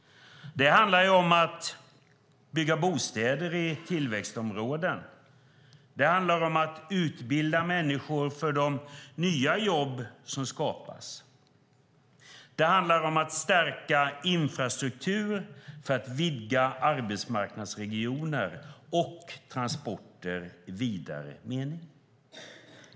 Det handlar om att bygga bostäder i tillväxtområden. Det handlar om att utbilda människor för de nya jobb som skapas. Det handlar om att stärka infrastruktur för att vidga arbetsmarknadsregioner och transporter i en vidare mening.